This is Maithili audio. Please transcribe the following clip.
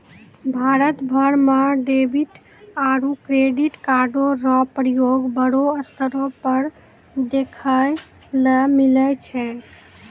भारत भर म डेबिट आरू क्रेडिट कार्डो र प्रयोग बड़ो स्तर पर देखय ल मिलै छै